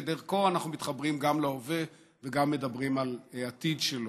ודרכו אנחנו מתחברים גם להווה וגם מדברים על העתיד שלו.